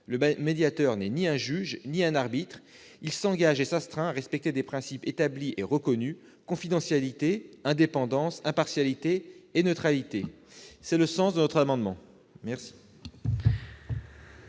Le médiateur n'est ni un juge ni un arbitre ; il s'engage et s'astreint à respecter des principes établis et reconnus : confidentialité, indépendance, impartialité et neutralité. L'amendement n°